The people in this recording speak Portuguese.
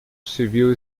civil